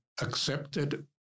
accepted